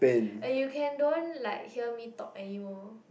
eh you can don't like hear me talk any more